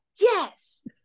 Yes